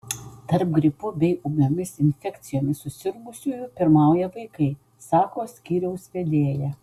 tarp gripu bei ūmiomis infekcijomis susirgusiųjų pirmauja vaikai sako skyriaus vedėja